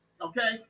Okay